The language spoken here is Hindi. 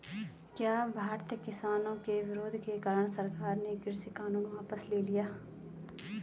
क्या भारतीय किसानों के विरोध के कारण सरकार ने कृषि कानून वापस ले लिया?